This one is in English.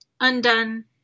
Undone